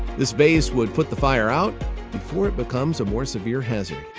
this vase would put the fire out before it becomes a more severe hazard.